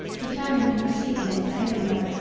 determined to proceed in it to edinburgh,